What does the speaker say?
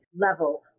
level